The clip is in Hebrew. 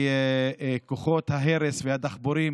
כוחות ההרס והדחפורים